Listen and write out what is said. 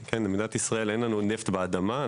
כן, במדינת ישראל אין נפט באדמה.